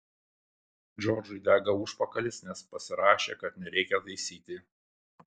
džordžui dega užpakalis nes pasirašė kad nereikia taisyti